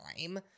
time